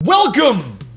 Welcome